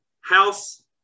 House